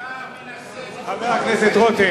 אתה מנסה, חבר הכנסת רותם.